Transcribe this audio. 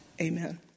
Amen